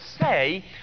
say